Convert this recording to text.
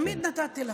תמיד נתתי לכם,